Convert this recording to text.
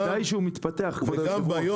העובדה היא שהוא מתפתח, כבוד היו"ר.